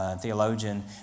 theologian